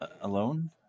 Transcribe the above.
alone